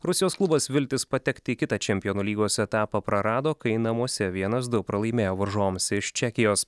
rusijos klubas viltis patekti į kitą čempionų lygos etapą prarado kai namuose vienas du pralaimėjo varžovams iš čekijos